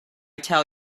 tell